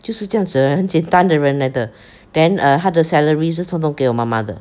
就是这样子很简单的人来的 then err 他的 salary 是统统给我妈妈的